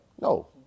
No